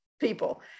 people